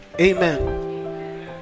Amen